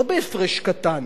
לא בהפרש קטן,